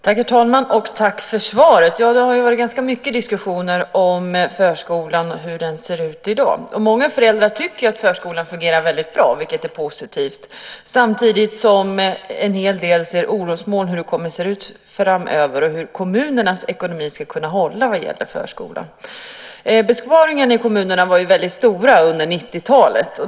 Herr talman! Tack för svaret. Det har varit ganska mycket diskussioner om hur förskolan ser ut i dag. Många föräldrar tycker att förskolan fungerar väldigt bra, vilket är positivt. Samtidigt ser en hel del orosmoln. Det handlar om hur det kommer att se ut framöver och hur kommunernas ekonomi ska kunna hålla vad gäller förskolan. Besparingarna i kommunerna var väldigt stora under 90-talet.